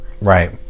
right